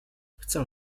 chcę